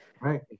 right